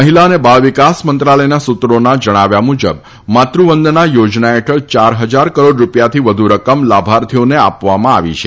મહિલા અને બાળ વિકાસ મંત્રાલયના સુત્રોના જણાવ્યા મુજબ માતૃવંદના યોજના ફેઠળ ચાર ફજાર કરોડ રૂપિયાથી વધુ રકમ લાભાર્થીઓને આપવામાં આવી છે